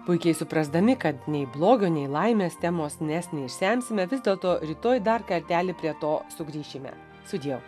puikiai suprasdami kad nei blogio nei laimės temos nes neišsemsime vis dėlto rytoj dar kartelį prie to sugrįšime su dievu